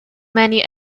many